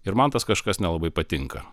ir man tas kažkas nelabai patinka